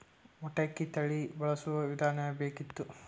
ಮಟಕಿ ತಳಿ ಬಳಸುವ ವಿಧಾನ ಬೇಕಿತ್ತು?